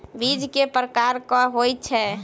बीज केँ प्रकार कऽ होइ छै?